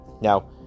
Now